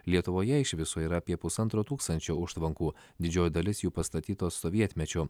lietuvoje iš viso yra apie pusantro tūkstančio užtvankų didžioji dalis jų pastatytos sovietmečiu